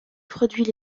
produits